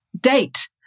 date